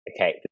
okay